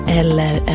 eller